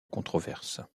controverse